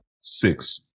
six